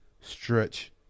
stretch